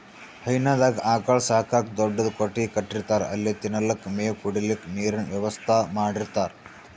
ಹೈನಾದಾಗ್ ಆಕಳ್ ಸಾಕಕ್ಕ್ ದೊಡ್ಡದ್ ಕೊಟ್ಟಗಿ ಕಟ್ಟಿರ್ತಾರ್ ಅಲ್ಲೆ ತಿನಲಕ್ಕ್ ಮೇವ್, ಕುಡ್ಲಿಕ್ಕ್ ನೀರಿನ್ ವ್ಯವಸ್ಥಾ ಮಾಡಿರ್ತಾರ್